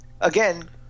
again